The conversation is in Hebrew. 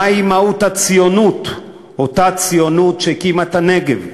מהי מהות הציונות, אותה ציונות שהקימה את הנגב,